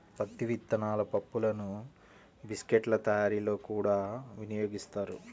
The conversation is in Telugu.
పత్తి విత్తనాల పప్పులను బిస్కెట్ల తయారీలో కూడా వినియోగిస్తారు